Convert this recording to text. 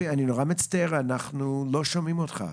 אנחנו לא שומעים אותך,